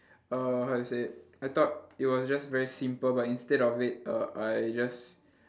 err how to say it I thought it was just very simple but instead of it err I just